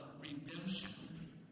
redemption